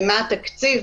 מה התקציב?